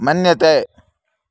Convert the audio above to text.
मन्यते